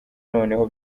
noneho